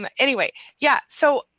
um anyway, yeah. so,